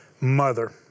mother